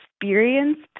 experienced